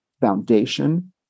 foundation